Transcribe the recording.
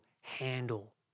handle